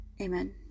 Amen